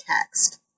text